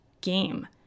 game